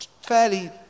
fairly